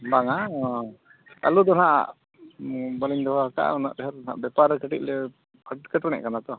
ᱦᱚᱸ ᱵᱟᱝᱼᱟ ᱟᱹᱞᱩ ᱫᱚ ᱦᱟᱸᱜ ᱵᱟᱹᱞᱤᱧ ᱫᱚᱦᱚ ᱠᱟᱜᱼᱟ ᱩᱱᱟᱹᱜ ᱰᱷᱮᱹᱨ ᱵᱮᱯᱟᱨ ᱨᱮ ᱠᱟᱹᱴᱤᱡ ᱞᱮ ᱮᱴᱠᱮᱴᱚᱬᱮᱜ ᱠᱟᱱᱟ ᱛᱚ